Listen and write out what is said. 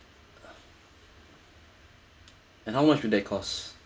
and how much would that cost